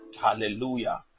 Hallelujah